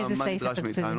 מאיזה סעיף תקציב?